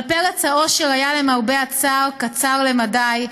אבל פרץ האושר היה, למרבה הצער, קצר למדי.